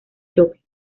choque